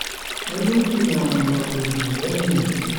Benum tina ammanlunya jam din ya.